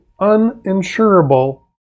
uninsurable